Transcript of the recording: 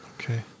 Okay